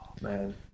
man